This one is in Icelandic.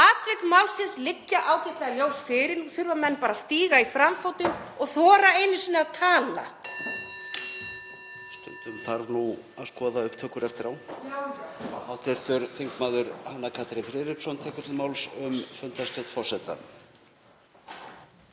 Atvik málsins liggja ágætlega ljós fyrir og nú þurfa menn bara að stíga í framfótinn og þora einu sinni að tala.